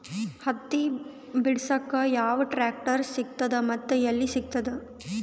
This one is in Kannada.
ಹತ್ತಿ ಬಿಡಸಕ್ ಯಾವ ಟ್ರಾಕ್ಟರ್ ಸಿಗತದ ಮತ್ತು ಎಲ್ಲಿ ಸಿಗತದ?